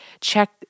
check